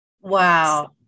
Wow